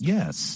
Yes